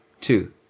Two